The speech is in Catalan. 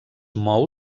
mou